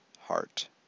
heart